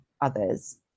others